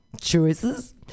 choices